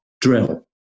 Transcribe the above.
drill